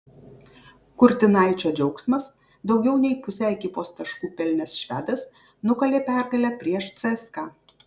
kurtinaičio džiaugsmas daugiau nei pusę ekipos taškų pelnęs švedas nukalė pergalę prieš cska